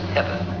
Heaven